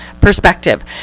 perspective